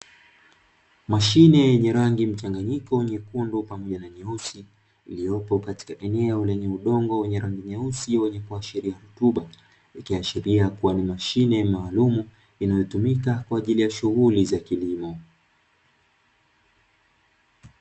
Mashine yenye rangi mchanganyiko nyekundu pamoja na nyeusi iliopo katika eneo lenye udongo wenye rangi ya nyeusi wenye kuashiria rutuba, ikiashiria kuwa ni mashine maalumu inayotumika kwa ajili ya shughuli za kilimo.